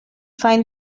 find